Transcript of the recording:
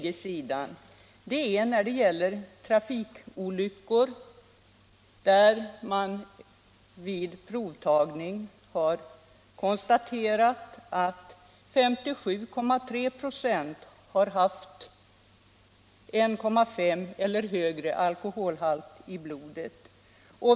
Vid provtagning i samband med trafikolyckor har det visat sig att förarna i 57,3 96 av fallen haft 1,5 ?/oo eller högre alkoholhalt i blodet.